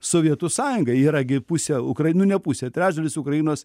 sovietų sąjungai yra gi pusė ukrain nu ne pusė trečdalis ukrainos